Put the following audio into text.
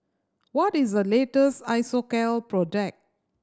what is the latest Isocal product